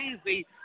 easy